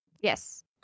Yes